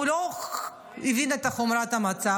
הוא לא הבין את חומרת המצב,